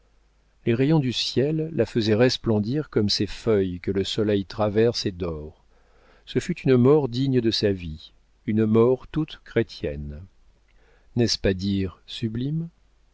les rayons du ciel la faisaient resplendir comme ces feuilles que le soleil traverse et dore ce fut une mort digne de sa vie une mort toute chrétienne n'est-ce pas dire sublime